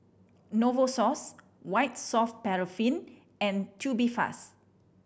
Novosource White Soft Paraffin and Tubifast